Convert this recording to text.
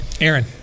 Aaron